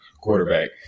quarterback